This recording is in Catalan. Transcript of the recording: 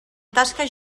tasques